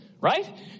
right